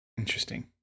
Interesting